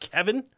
Kevin